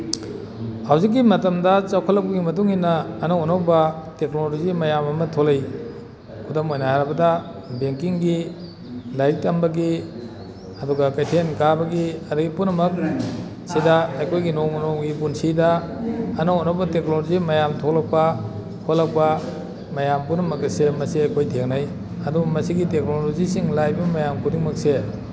ꯍꯧꯖꯤꯛꯀꯤ ꯃꯇꯝꯗ ꯆꯥꯎꯈꯠꯂꯛꯄꯒꯤ ꯃꯇꯨꯡꯏꯟꯅ ꯑꯅꯧ ꯑꯅꯧꯕ ꯇꯦꯛꯅꯣꯂꯣꯖꯤ ꯃꯌꯥꯝ ꯑꯃ ꯊꯣꯛꯂꯛꯏ ꯈꯨꯗꯝ ꯑꯣꯏꯅ ꯍꯥꯏꯔꯕꯗ ꯕꯦꯡꯀꯤꯡꯒꯤ ꯂꯥꯏꯔꯤꯛ ꯇꯝꯕꯒꯤ ꯑꯗꯨꯒ ꯀꯩꯊꯟ ꯀꯥꯕꯒꯤ ꯑꯗꯒꯤ ꯄꯨꯝꯅꯃꯛ ꯁꯤꯗ ꯑꯩꯈꯣꯏꯒꯤ ꯅꯣꯡꯃ ꯅꯣꯡꯃꯒꯤ ꯄꯨꯟꯁꯤꯗ ꯑꯅꯧ ꯑꯅꯧꯕ ꯇꯦꯛꯅꯣꯂꯣꯖꯤ ꯃꯌꯥꯝ ꯊꯣꯛꯂꯛꯄ ꯈꯣꯠꯂꯛꯄ ꯃꯌꯥꯝ ꯄꯨꯝꯅꯃꯛ ꯑꯁꯦ ꯃꯁꯦ ꯑꯩꯈꯣꯏ ꯊꯦꯡꯅꯩ ꯑꯗꯣ ꯃꯁꯤꯒꯤ ꯇꯦꯛꯅꯣꯂꯣꯖꯤꯁꯤꯡ ꯂꯥꯛꯏꯕ ꯃꯌꯥꯝ ꯈꯨꯗꯤꯡꯃꯛꯁꯦ